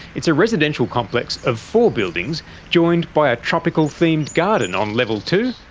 it's a residential complex of four buildings joined by a tropical themed garden on level two,